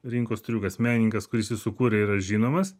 rinkos triukas menininkas kuris jį sukūrė yra žinomas